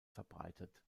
verbreitet